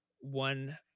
one